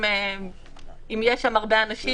אם יש שם הרבה אנשים,